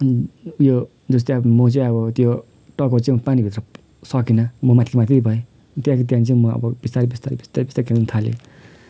यो जस्तै अब म चाहिँ अब त्यो टाउको चाहिँ पानीभित्र सकिनँ म माथि माथि भएँ त्यहाँ त्यहाँदेखि चाहिँ म बिस्तारै बिस्तारै बिस्तारै बिस्तारै खेल्नथालेँ